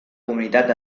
comunitat